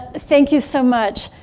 thank you so much.